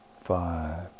five